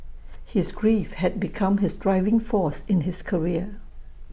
his grief had become his driving force in his career